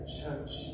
church